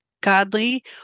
godly